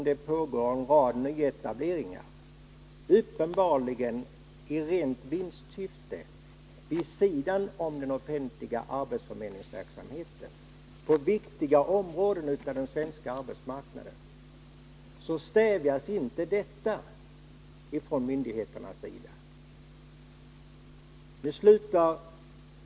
Det pågår en rad nyetableringar — uppenbarligen i rent vinstsyfte — vid sidan om den offentliga arbetsförmedlingsverksamheten och på viktiga områden av den svenska arbetsmarknaden, utan att detta stävjas från myndigheternas sida.